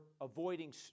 avoiding